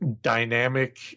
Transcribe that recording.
dynamic